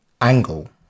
Angle